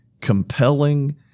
compelling